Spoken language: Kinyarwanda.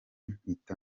mpita